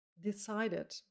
decided